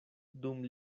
dum